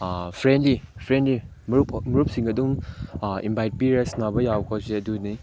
friendly friendly ꯃꯔꯨꯞ ꯃꯔꯨꯞꯁꯤꯡꯒ ꯑꯗꯨꯝ ꯏꯟꯕꯥꯏꯠ ꯄꯤꯔ ꯁꯥꯟꯅꯕ ꯌꯥꯕ ꯈꯣꯏꯁꯦ ꯑꯗꯨꯅꯤ